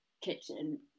kitchen